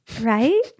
Right